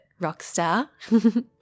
Rockstar